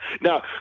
Now